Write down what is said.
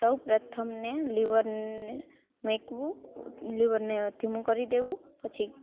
સૌપ્રથમ ને લિવરને મૂકવું લિવરને ધીમું કરી દેવું પછી